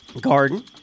garden